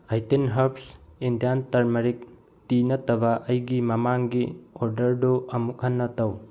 eighteen ꯍꯔꯞꯁ Indian turmeric ꯇꯤ ꯅꯠꯇꯕ ꯑꯩꯒꯤ ꯃꯃꯥꯡꯒꯤ ꯑꯣꯔꯗꯔꯗꯨ ꯑꯃꯨꯛ ꯍꯟꯅ ꯇꯧ